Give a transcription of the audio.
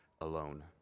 alone